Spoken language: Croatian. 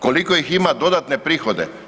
Koliko ih ima dodatne prihode?